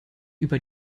über